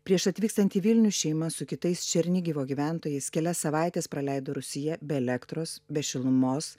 prieš atvykstant į vilnių šeima su kitais černigivo gyventojais kelias savaites praleido rūsyje be elektros be šilumos